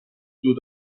دود